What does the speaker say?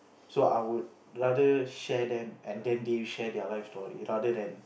so I would rather share them and then they share their life story rather than